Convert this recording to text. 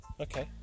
Okay